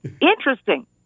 interesting